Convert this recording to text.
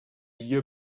year